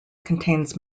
contains